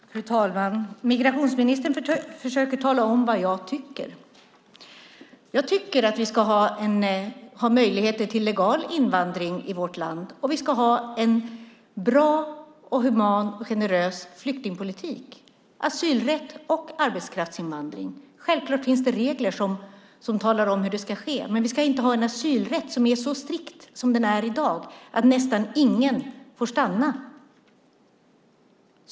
Fru talman! Migrationsministern försöker tala om vad jag tycker. Jag tycker att vi ska ha möjligheter till legal invandring i vårt land, och vi ska ha en bra, human och generös flyktingpolitik, asylrätt och arbetskraftsinvandring. Självklart finns det regler som talar om hur det ska ske. Men vi ska inte ha en asylrätt som är så strikt som den är i dag att nästan ingen får stanna.